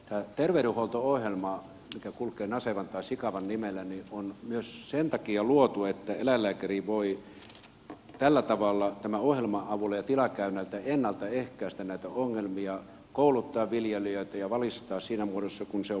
tämä terveydenhuolto ohjelma mikä kulkee nasevan tai sikavan nimellä on myös sen takia luotu että eläinlääkäri voi tällä tavalla tämän ohjelman avulla ja tilakäynneillä ennalta ehkäistä näitä ongelmia kouluttaa viljelijöitä ja valistaa siinä muodossa kuin se on mahdollista